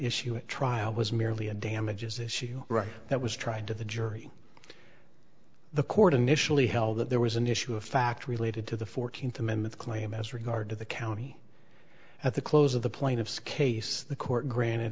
issue at trial was merely a damages issue right that was tried to the jury the court initially held that there was an issue of fact related to the fourteenth amendment claim as regard to the county at the close of the plaintiff's case the court granted